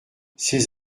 ces